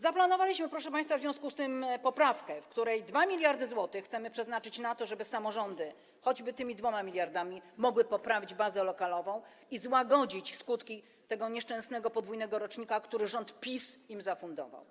Zaplanowaliśmy, proszę państwa, w związku z tym poprawkę, w której 2 mld zł chcemy przeznaczyć na to, żeby samorządy, choćby tymi 2 mld, mogły poprawić bazę lokalową i złagodzić skutki tego nieszczęsnego podwójnego rocznika, który rząd PiS im zafundował.